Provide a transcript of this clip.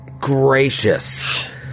gracious